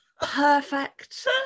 perfect